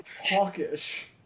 hawkish